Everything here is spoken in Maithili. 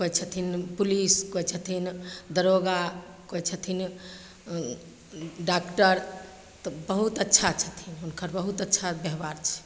कोइ छथिन पुलिस कोइ छथिन दरोगा कोइ छथिन डाकटर तऽ बहुत अच्छा छथिन हुनकर बहुत अच्छा बेबहार छै